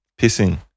Pissing